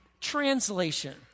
translation